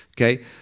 Okay